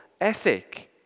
ethic